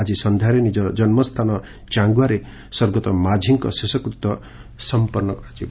ଆଜି ସନ୍ଧ୍ୟାରେ ନିଜ ଜନ୍ମସ୍ଥାନ ଚାଙ୍ଗୁଆରେ ସ୍ୱର୍ଗତ ମାଝୀଙ୍କ ଶେଷକୃତ ସମ୍ମନ୍ଦ କରାଯିବ